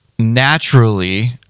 naturally